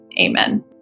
Amen